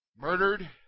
murdered